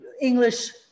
English